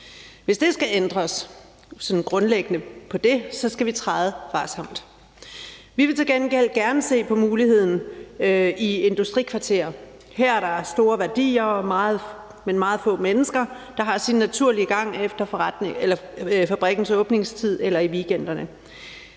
skal ændres på det, skal vi træde varsomt. Vi vil til gengæld gerne se på muligheden i forhold til industrikvarterer. Her er der store værdier, men meget få mennesker, der har deres naturlige gang efter fabrikkens åbningstid eller i weekenderne.